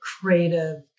creative